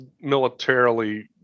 militarily